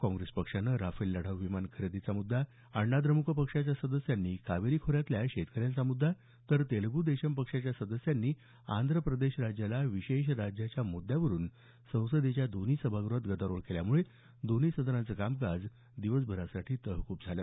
काँग्रेस पक्षानं राफेल लढाऊ विमान खरेदीचा मुद्दा अण्णाद्रमुक पक्षाच्या सदस्यांनी कावेरी खोऱ्यातल्या शेतकऱ्यांचा मुद्दा तर तेलगु देसम पक्षाच्या सदस्यांनी आंध्र प्रदेश राज्याला विशेष राज्याच्या मुद्यावरून संसदेच्या दोन्ही सभाग्रहात गदारोळ केल्यामुळे दोन्ही सभागृहाचं कामकाज दिवसभरासाठी तहकूब झालं